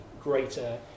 greater